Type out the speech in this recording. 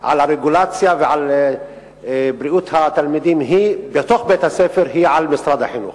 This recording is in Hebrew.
לרגולציה ולבריאות התלמידים בתוך בית-הספר היא של משרד החינוך,